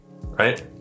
right